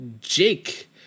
Jake